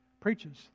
preaches